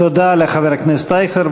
תודה לחבר הכנסת אייכלר.